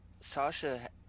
Sasha